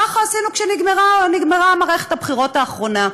ככה עשינו כשנגמרה מערכת הבחירות האחרונה,